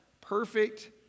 Perfect